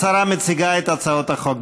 השרה מציגה את הצעות החוק.